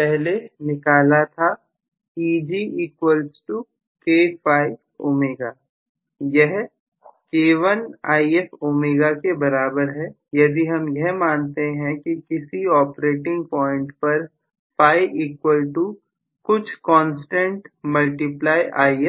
पहले ट्राई किया था Egkφω यह k1Ifω के बराबर हैयदि हम यह मानते हैं कि किसी ऑपरेटिंग पॉइंट पर φ इक्वल टू कोई कांस्टेंट मल्टीप्लाई If